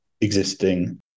existing